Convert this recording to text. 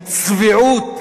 הצביעות,